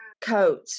coat